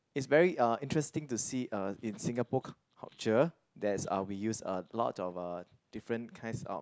it's very uh interesting to see uh in Singapore cul~ culture there's uh we use a lot of uh different kinds of